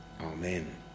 Amen